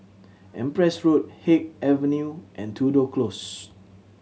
Empress Road Haig Avenue and Tudor Close